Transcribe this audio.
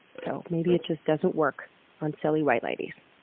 so maybe it just doesn't work on silly white ladies.